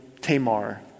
Tamar